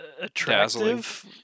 attractive